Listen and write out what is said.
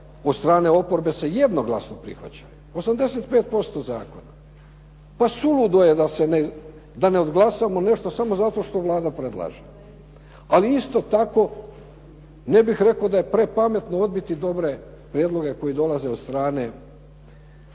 od strane oporbe se jednoglasno prihvaća, 85% zakona. Pa suludo je da ne odglasamo nešto samo zato što Vlada predlaže. Ali isto tako ne bih rekao da je prepametno odbiti dobre prijedloge koji dolaze od strane.